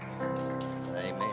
Amen